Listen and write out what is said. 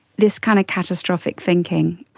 this kind of catastrophic thinking.